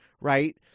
right